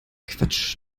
quatsch